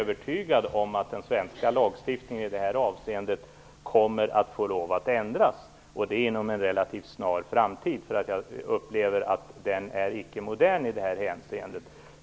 Herr talman! Jag är övertygad om att den svenska lagstiftningen i det här avseendet kommer att behöva ändras, och det inom en relativt snar framtid. Som jag upplever det är den icke modern i detta hänseende.